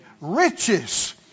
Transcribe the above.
riches